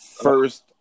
first